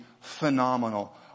phenomenal